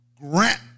grant